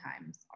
times